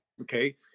okay